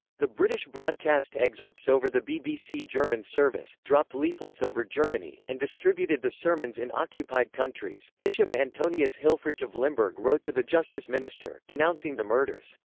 the british broadcast excerpts over the bbc german service, dropped leaflets over germany, and distributed the sermons in occupied countries bishop antonius hilfrich of limburg wrote to the justice minister, denouncing the murders.